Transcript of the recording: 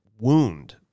wound